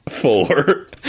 four